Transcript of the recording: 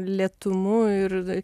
lėtumu ir